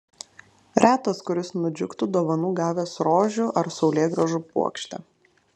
retas kuris nudžiugtų dovanų gavęs rožių ar saulėgrąžų puokštę